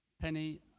Penny